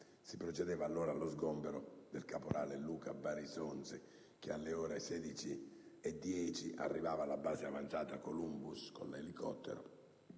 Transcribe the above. Si procedeva allora allo sgombero del caporale Luca Barisonzi che, alle ore 16,10, arrivava alla base avanzata Columbus con l'elicottero,